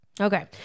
Okay